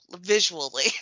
visually